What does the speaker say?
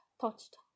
touched